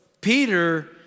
Peter